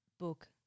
book